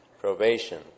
probation